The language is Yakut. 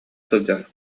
сылдьар